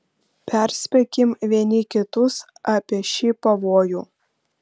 perspėkim vieni kitus apie šį pavojų